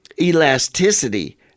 elasticity